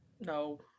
no